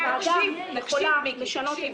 ולכן הוועדה יכולה לשנות.